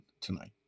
tonight